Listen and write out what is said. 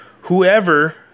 whoever